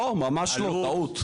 לא, ממש לא, טעות.